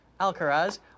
Alcaraz